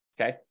okay